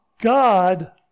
God